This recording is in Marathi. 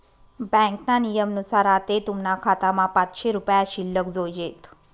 ब्यांकना नियमनुसार आते तुमना खातामा पाचशे रुपया शिल्लक जोयजेत